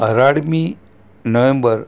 અઢારમી નવેમ્બર